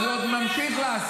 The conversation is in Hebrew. אז הוא עוד ממשיך לעשות.